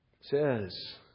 says